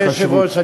אדוני היושב-ראש,